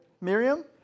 Miriam